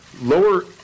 lower